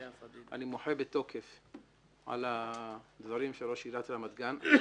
אני מוחה בתוקף על הדברים שראש עיריית רמת גן אמר,